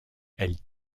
elle